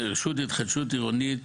רשות ההתחדשות העירונית,